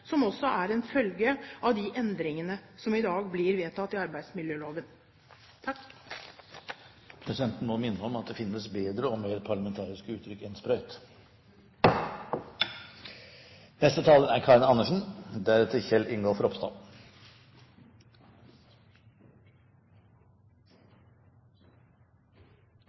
som også er en følge av de endringene som i dag blir vedtatt i arbeidsmiljøloven. Presidenten må minne om at det finnes bedre og mer parlamentariske uttrykk enn «sprøyt». SV er